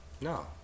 no